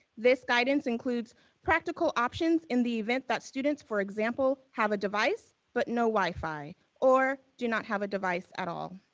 this guidance includes practical options in the event that students, for example, have a device but no wi-fi or do not have a device at all.